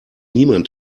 niemand